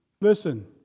listen